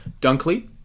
Dunkley